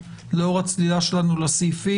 לאור הצלילה שלנו לסעיפים,